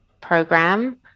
program